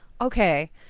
okay